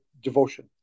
devotion